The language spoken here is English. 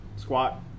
squat